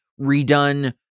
redone